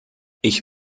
ich